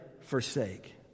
forsake